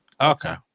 Okay